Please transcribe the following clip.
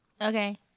Okay